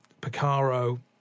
Picaro